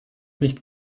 nicht